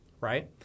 right